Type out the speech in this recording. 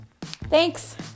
Thanks